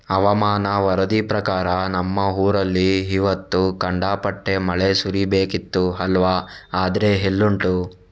ಹವಾಮಾನ ವರದಿ ಪ್ರಕಾರ ನಮ್ಮ ಊರಲ್ಲಿ ಇವತ್ತು ಖಂಡಾಪಟ್ಟೆ ಮಳೆ ಸುರೀಬೇಕಿತ್ತು ಅಲ್ವಾ ಆದ್ರೆ ಎಲ್ಲುಂಟು